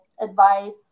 advice